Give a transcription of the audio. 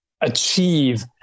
achieve